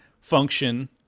function